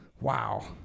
Wow